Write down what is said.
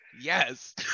Yes